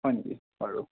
হয় নেকি বাৰু